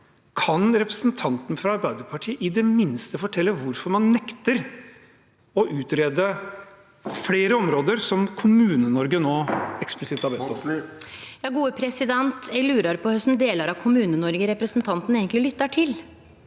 Kan representanten fra Arbeiderpartiet i det minste fortelle hvorfor man nekter å utrede flere områder som Kommune-Norge nå eksplisitt har bedt om. Lene Vågslid (A) Eg lurar på kva delar av Kommune-Noreg representanten eigentleg lyttar til.